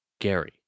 Gary